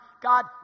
God